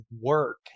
work